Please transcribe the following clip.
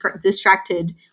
distracted